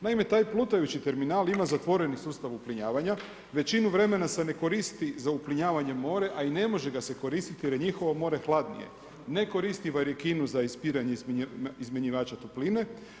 Naime, taj plutajući terminal ima zatvoreni sustav uplinjavanja, većinu vremena se ne koristi za uplinjavanje more, a i ne može ga se koristiti jer je njihovo more hladnije, ne koristi varikinu za ispiranje izmjenjivača topline.